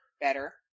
better